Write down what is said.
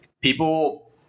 people